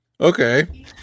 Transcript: Okay